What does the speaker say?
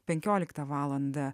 penkioliktą valandą